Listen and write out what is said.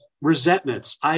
resentments